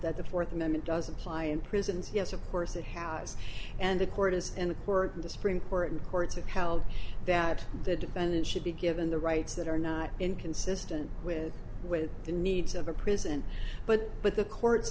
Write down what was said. that the fourth amendment does apply in prisons yes of course it has and the court is and the work of the supreme court and courts have held that the defendant should be given the rights that are not inconsistent with with the needs of a prison but but the courts